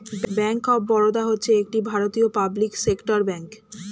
bank of Baroda হচ্ছে একটি ভারতীয় পাবলিক সেক্টর ব্যাঙ্ক